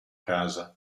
casa